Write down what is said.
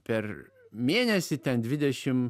per mėnesį ten dvidešim